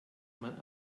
man